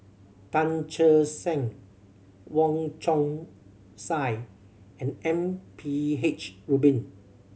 Tan Che Sang Wong Chong Sai and M P H Rubin